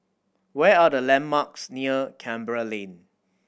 where are the landmarks near Canberra Lane